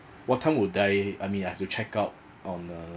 what time would I I mean I've to check out on uh